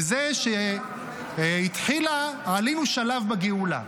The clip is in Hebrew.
וזה שהתחילה, עלינו שלב בגאולה.